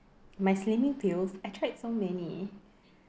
my slimming pills I tried so many